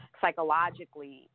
psychologically